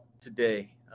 today